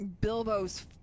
Bilbo's